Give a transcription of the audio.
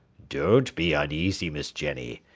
don't be uneasy, miss jenny,